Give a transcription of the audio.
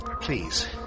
Please